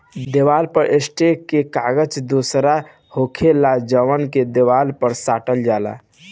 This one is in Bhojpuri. देवाल पर सटे के कागज दोसर होखेला जवन के देवाल पर साटल जाला